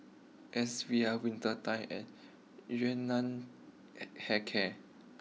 S V R Winter time and Yun Nam Hair care